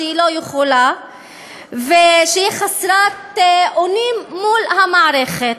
שהיא לא יכולה ושהיא חסרת אונים מול המערכת.